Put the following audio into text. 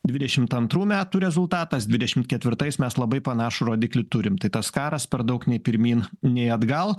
dvidešimt antrų metų rezultatas dvidešimt ketvirtais mes labai panašų rodiklį turim tai tas karas per daug nei pirmyn nei atgal